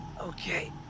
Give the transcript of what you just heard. Okay